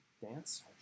dance